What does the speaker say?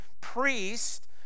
priest